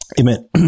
Amen